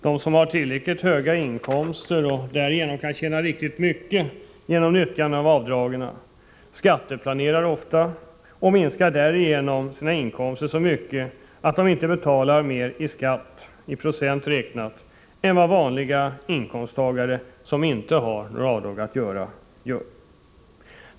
De som har tillräckligt höga inkomster, och därigenom kan tjäna riktigt mycket genom utnyttjande av avdrag, skatteplanerar oftast — och minskar därigenom sina inkomster så mycket att de inte betalar mer i skatt, i procent räknat, än vanliga inkomsttagare som inte har några avdrag att göra.